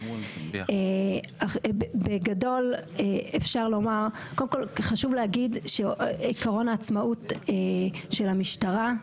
חשוב להגיד שעיקרון העצמאות של המשטרה,